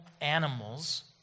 animals